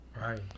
Right